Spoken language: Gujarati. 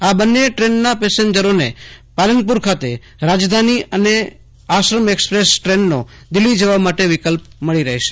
આ બંને ટ્રેનના પ્રવાસીઓને પાલનપુરમાં રાજધાની અને આશ્રમ એક્સપ્રેસ ટ્રેનનો દિલ્હી જવાનો વિકલ્પ મળી રહેશે